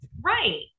right